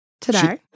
today